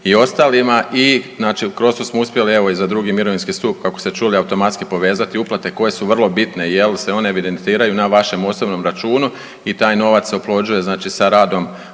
i ostalima i znači u …/nerazumljivo/… evo i za drugi mirovinski stup kako ste čuli automatski povezati uplate koje su vrlo bitne jer se one evidentiraju na vašem osobnom računu i taj novac se oplođuje znači sa radom